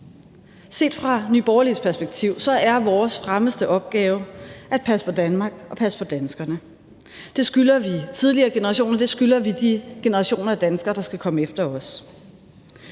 Set fra Nye Borgerliges perspektiv er vores fremmeste opgave at passe på Danmark og at passe på danskerne. Det skylder vi tidligere generationer, det skylder vi de generationer af danskere, der skal komme efter os.